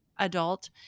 adult